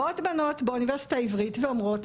באות בנות באוניברסיטה העברית ואומרות,